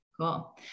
Cool